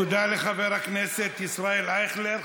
תודה לחבר הכנסת ישראל אייכלר.